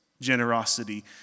generosity